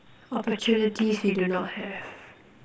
opportunities we do not have